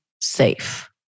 safe